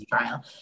trial